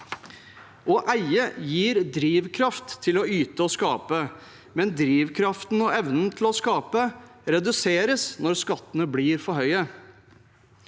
å eie gir drivkraft til å yte og skape, men drivkraften og evnen til å skape reduseres når skattene blir for høye.